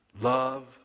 Love